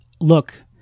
look